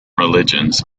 religions